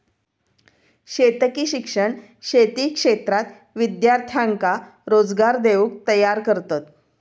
शेतकी शिक्षण शेती क्षेत्रात विद्यार्थ्यांका रोजगार देऊक तयार करतत